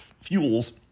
fuels